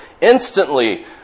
instantly